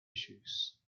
issues